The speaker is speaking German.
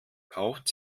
kauft